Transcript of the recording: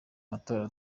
matorero